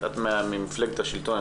את ממפלגת השלטון,